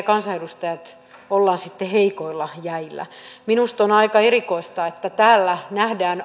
kansanedustajat olemme sitten heikoilla jäillä minusta on aika erikoista että täällä nähdään